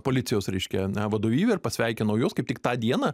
policijos reiškia vadovybe ir pasveikinau juos kaip tik tą dieną